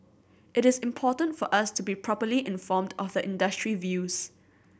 it is important for us to be properly informed of the industry views